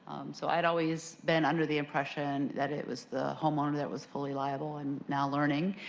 so i had always been under the impression that it was the homeowner that was fully liable. i'm now learning,